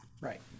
Right